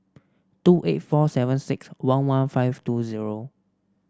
two eight four seven six one one five two zero